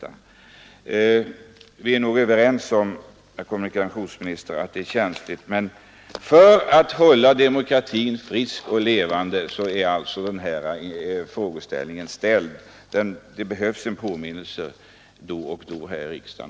Kommunikationsministern och jag är nog överens om att det är känsligt, men för att hålla demokratin frisk och levande är alltså den här frågeställningen aktualiserad. Det behövs en påminnelse då och då om detta här i riksdagen.